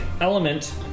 element